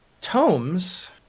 tomes